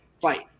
fight